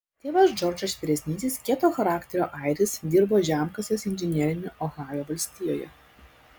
tėvas džordžas vyresnysis kieto charakterio airis dirbo žemkasės inžinieriumi ohajo valstijoje